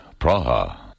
Praha